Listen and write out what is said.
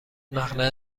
مقنعه